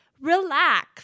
relax